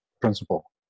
principle